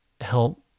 help